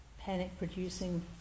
panic-producing